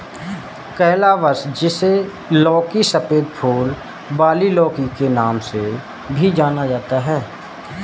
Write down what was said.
calabash, जिसे लौकी, सफेद फूल वाली लौकी के नाम से भी जाना जाता है